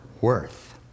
worth